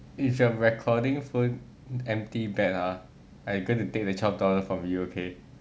if your recording phone empty batt ah I going to take the twelve dollar from you okay